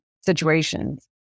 situations